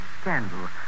scandal